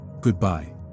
Goodbye